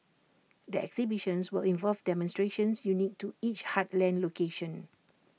the exhibitions will involve demonstrations unique to each heartland location